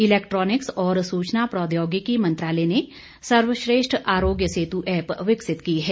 electronics और सूचना प्रौद्योगिकी मंत्रालय ने सर्वश्रेष्ठ आरोग्य सेतु एप विकसित की है